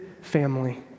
family